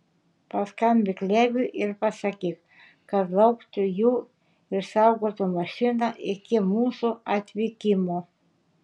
paskambink leviui ir pasakyk kad lauktų jų ir saugotų mašiną iki mūsų atvykimo